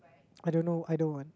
I don't know I don't want